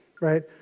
right